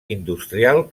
industrial